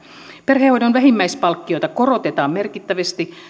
perhehoidon vähimmäispalkkiota korotetaan merkittävästi